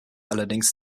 allerdings